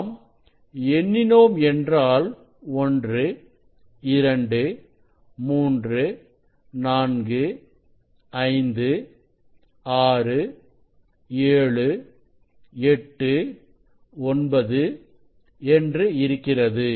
நாம் எண்ணினோம் என்றால் 1 2 3 4 5 6 7 8 9 என்று இருக்கிறது